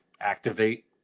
activate